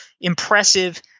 impressive